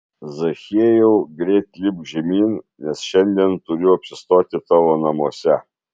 zachiejau greit lipk žemyn nes šiandien turiu apsistoti tavo namuose